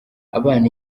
abana